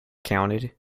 counted